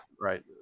right